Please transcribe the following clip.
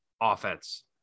offense